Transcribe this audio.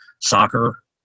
soccer